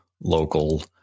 local